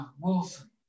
Wilson